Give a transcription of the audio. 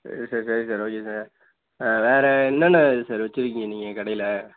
சரி சார் சரி sir okay sir ஆ வேறு என்னென்ன இது சார் வச்சுருக்கீங்க நீங்கள் கடையில்